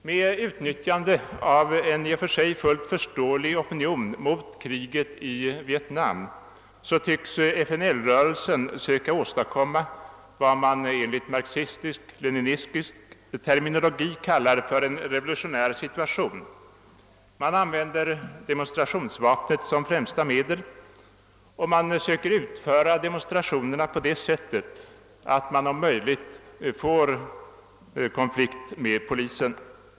Med utnyttjande av en i och för sig fullt förståelig opinion mot kriget i Vietnam tycks FNL-rörelsen söka åstadkomma vad man enligt marxistiskleninistisk terminologi kallar för en revolutionär stituation. Man använder demonstrationsvapnet som främsta medel och försöker utföra demonstrationerna så att man om möjligt kommer i konflikt med polisen.